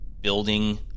building